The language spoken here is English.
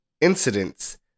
incidents